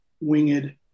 winged